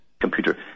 computer